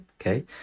okay